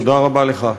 תודה רבה לך.